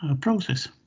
process